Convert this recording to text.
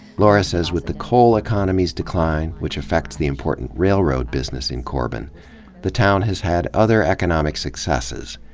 lora says with the coal economy's decline which affects the important railroad business in corbin the town has had other economic successes.